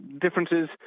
differences